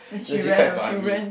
legit quite funny